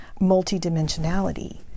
multidimensionality